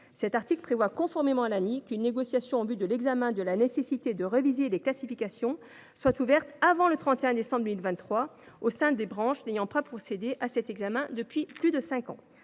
national interprofessionnel, qu’une négociation en vue de l’examen de la nécessité de réviser les classifications soit ouverte avant le 31 décembre 2023 au sein des branches n’ayant pas procédé à cet examen depuis plus de cinq ans.